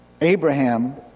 Abraham